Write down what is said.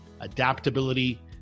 adaptability